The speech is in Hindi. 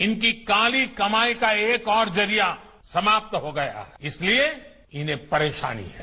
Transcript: इनकी काली कमाई का एक और जरिया समाप्त हो गया इसलिए इन्हें परेशानी है